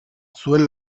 zuen